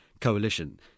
coalition